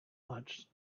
lunch